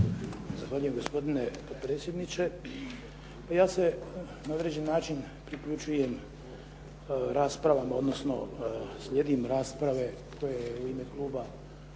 Zahvaljujem, gospodine potpredsjedniče. Ja se na određen način priključujem raspravama odnosno slijedim rasprave koje je u ime kluba